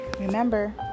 remember